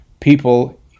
people